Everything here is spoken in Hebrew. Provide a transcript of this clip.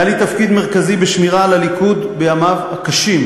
היה לי תפקיד מרכזי בשמירה על הליכוד בימיו הקשים,